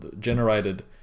generated